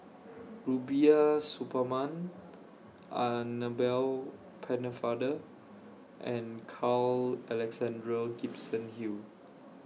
Rubiah Suparman Annabel Pennefather and Carl Alexander Gibson Hill